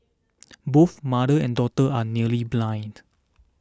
both mother and daughter are nearly blind